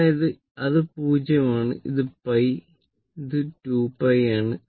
അതായത് അത് 0 ആണ് ഇത് π ഇത് 2π ആണ്